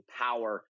power